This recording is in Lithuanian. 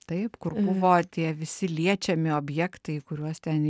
taip kur buvo tie visi liečiami objektai kuriuos ten